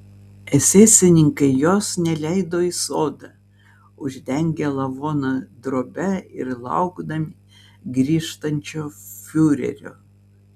esesininkai jos neleido į sodą uždengę lavoną drobe ir laukdami grįžtančio fiurerio